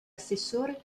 assessore